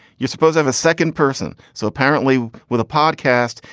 you suppose i'm a second person? so apparently with a podcast,